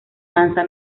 danza